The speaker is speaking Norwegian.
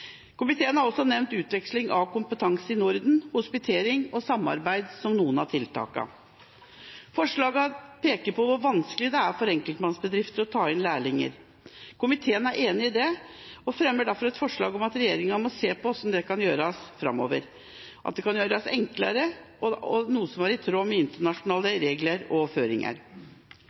Komiteen har også nevnt utveksling av kompetanse i Norden, hospitering og samarbeid som noen av tiltakene. Forslagene peker på hvor vanskelig det er for enkeltmannsbedrifter å ta inn lærlinger. Komiteen er enig i det, og fremmer derfor et forslag om at regjeringa må se på hvordan dette kan gjøres framover – hvordan det kan gjøres enklere og i tråd med internasjonale regler og føringer.